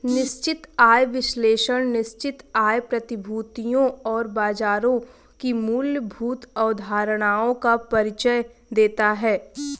निश्चित आय विश्लेषण निश्चित आय प्रतिभूतियों और बाजारों की मूलभूत अवधारणाओं का परिचय देता है